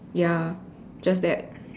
ya just that